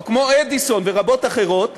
שלהם, ואחר כך